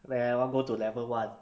they all go to level one